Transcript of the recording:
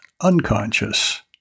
unconscious